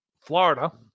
Florida